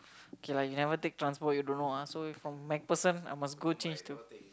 okay lah you never take transport you don't ah so from MacPherson I must go change to